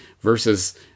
versus